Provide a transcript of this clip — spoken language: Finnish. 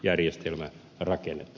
herra puhemies